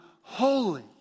holy